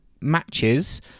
matches